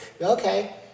Okay